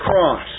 cross